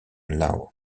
law